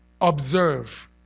observe